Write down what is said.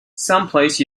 someplace